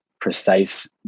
precise